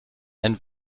ein